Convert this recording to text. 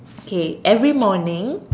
okay every morning